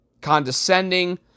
condescending